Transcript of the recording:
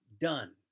done